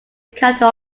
counter